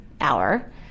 hour